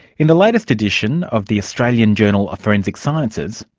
in the latest addition of the australian journal of forensic sciences,